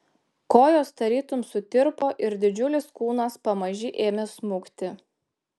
kojos tarytum sutirpo ir didžiulis kūnas pamaži ėmė smukti